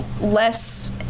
less